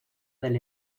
del